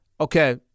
okay